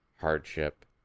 hardship